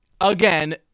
again